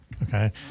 Okay